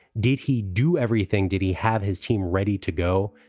did he do everything? did he have his team ready to go?